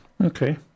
Okay